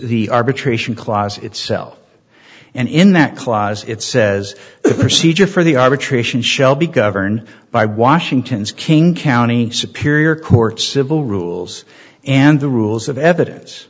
the arbitration clause itself and in that closet it says procedure for the arbitration shall be governed by washington's king county superior court civil rules and the rules of evidence